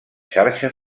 xarxa